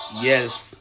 Yes